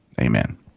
amen